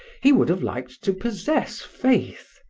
he would have liked to possess faith,